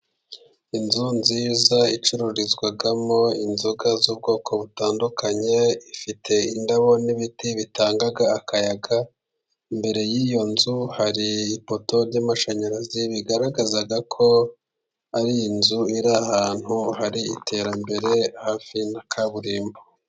Inzu nziza icururizwamo inzoga z'ubwoko butandukanye, ifite indabo n'ibiti bitanga akayaga. Imbere y'iyo nzu hari ipoto y' y'amashanyarazi, bigaragaza ko ari inzu iri ahantu hari iterambere hafi ya kaburimbo.